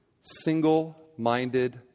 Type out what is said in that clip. Single-minded